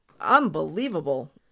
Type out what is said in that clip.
unbelievable